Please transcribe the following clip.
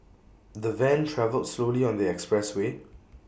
the van travelled slowly on the expressway